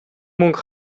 мөнгө